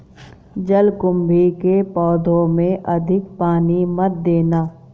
जलकुंभी के पौधों में अधिक पानी मत देना